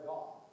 God